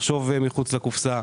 לחשוב מחוץ לקופסה,